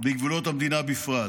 בגבולות המדינה בפרט.